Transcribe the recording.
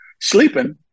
sleeping